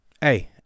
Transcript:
Hey